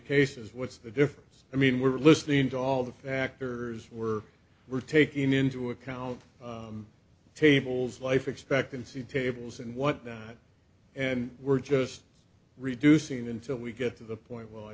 cases what's the difference i mean we're listening to all the actors were we're taking into account tables life expectancy tables and what and we're just reducing until we get to the point well i